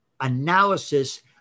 analysis